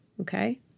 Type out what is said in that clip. Okay